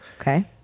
Okay